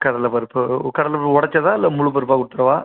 கடலைப்பருப்பு கடலைப்பருப்பு ஒடைச்சதா இல்லை முழு பருப்பாக கொடுத்துடவா